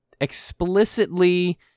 explicitly